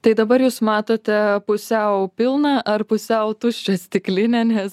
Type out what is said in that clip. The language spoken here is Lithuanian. tai dabar jūs matote pusiau pilną ar pusiau tuščią stiklinę nes